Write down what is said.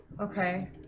Okay